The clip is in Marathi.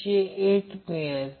आशा आहे की हे समजण्यासारखे आहे